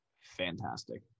fantastic